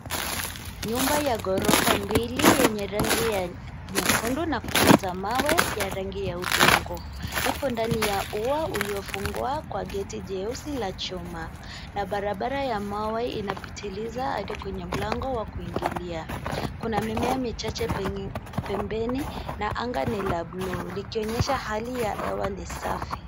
Nyumba ya ghorofa mbili yenye rangi ya nyekundu na kuta za mawe ya rangi ya udongo. Ipo ndani ya ua uliofungwa kwa geti jeusi la chuma na barabara ya mawe inapitiliza hadi kwenye mlango wa kuingilia. Kuna mimea michache pembeni na anga ni la buluu likionyesha hali ya hewa ni safi.